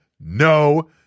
No